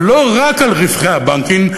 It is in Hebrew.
אבל לא רק על רווחי הבנקים,